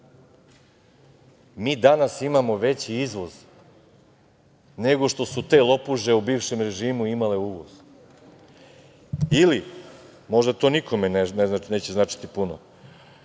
Mi danas imamo veći izvoz, nego što su te lopuže u bivšem režimu imale uvoz. Ili, možda to nikome neće značiti puno,